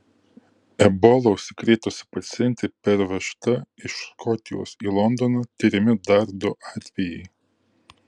ebola užsikrėtusi pacientė pervežta iš škotijos į londoną tiriami dar du atvejai